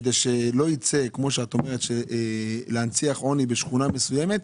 כדי שלא ינציחו עוני בשכונה מסוימת,